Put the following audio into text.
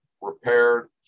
repaired